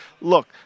Look